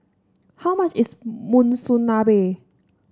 how much is Monsunabe